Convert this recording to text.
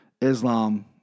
Islam